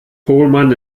pohlmann